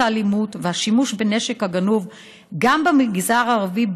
האלימות והשימוש בנשק הגנוב גם במגזר הערבי,